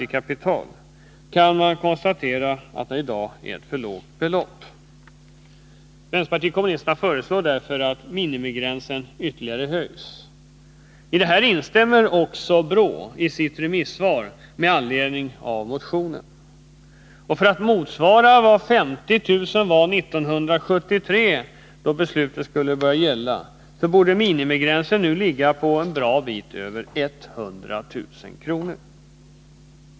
I dag kan konstateras att detta är ett för lågt belopp. Vänsterpartiet kommunisterna föreslår därför att minimibeloppet ytterligare höjs. I det förslaget instämmer också BRÅ i sitt remissvar med anledning av motionen. För att motsvara vad 50 000 kr. var 1973, då beslutet skulle börja gälla, borde minimibeloppet nu ligga på något över 100 000 kr.